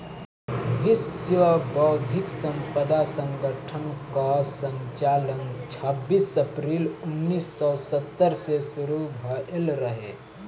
विश्व बौद्धिक संपदा संगठन कअ संचालन छबीस अप्रैल उन्नीस सौ सत्तर से शुरू भयल रहे